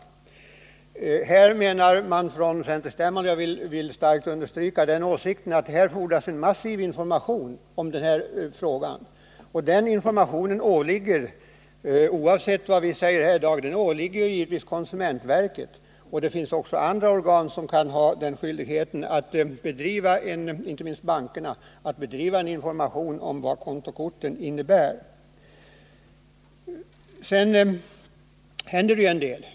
På den här punkten menar man från centerstämman — den åsikten vill jag starkt understryka — att det fordras en massiv information i den här frågan. Oavsett vad vi kommer till för beslut i dag åligger det givetvis konsumentverket att föra fram en sådan information. Det finns också andra organ som har skyldighet att driva en saklig information om vad kontokorten innebär, inte minst bankerna och finansföretagen.